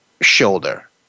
shoulder